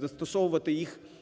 застосовувати їх